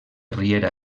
riera